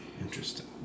Interesting